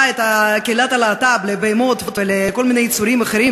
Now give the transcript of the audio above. את קהילת הלהט"ב לבהמות ולכל מיני יצורים אחרים,